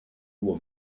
nur